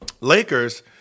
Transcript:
Lakers